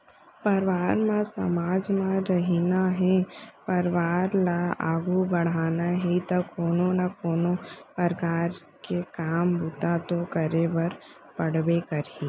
परवार म समाज म रहिना हे परवार ल आघू बड़हाना हे ता कोनो ना कोनो परकार ले काम बूता तो करे बर पड़बे करही